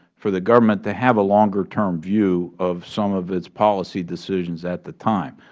for the government to have a longer term view of some of its policy decisions at the time.